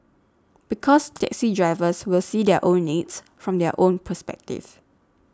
because taxi drivers will see their own needs from their own perspective